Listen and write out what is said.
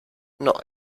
not